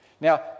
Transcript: Now